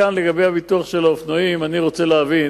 לגבי הביטוח של האופנועים אני רוצה להבין,